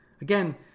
Again